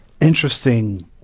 interesting